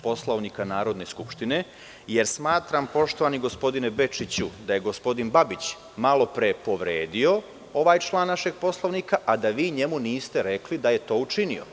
Poslovnika Narodne skupštine, jer smatram, poštovani gospodine Bečiću, da je gospodin Babić malopre povredio ovaj član našeg Poslovnika, a da vi njemu niste rekli da je to učinio.